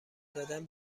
دادن